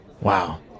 Wow